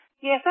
Yes